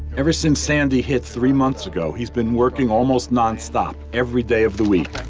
ever since sandy hit three months ago, he's been working almost nonstop, every day of the week,